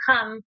come